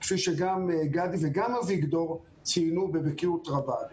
כפי שגם גדי וגם אביגדור ציינו בבקיאות רבה.